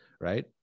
right